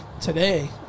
today